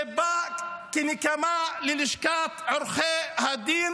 זה בא כנקמה בלשכת עורכי הדין